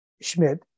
Schmidt